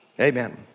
Amen